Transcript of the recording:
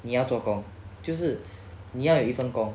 你要做工就是你要有一份工